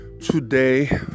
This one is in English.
today